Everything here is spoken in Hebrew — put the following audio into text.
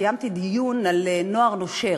קיימתי דיון על נוער נושר.